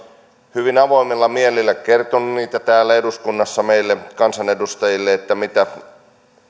hyvin avoimella mielellä kertonut täällä eduskunnassa meille kansanedustajille mitä